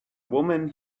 woman